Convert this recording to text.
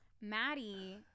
Maddie